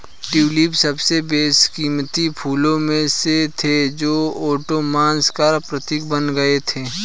tulip सबसे बेशकीमती फूलों में से थे जो ओटोमन्स का प्रतीक बन गए थे